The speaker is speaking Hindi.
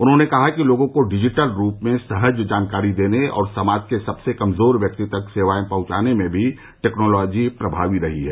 उन्होंने कहा कि लोगों को डिजिटल रूप में सहज जानकारी देने और समाज के सबसे कमजोर व्यक्ति तक सेवाएं पहुंचाने में भी टैक्नोलॉजी प्रभावी रही है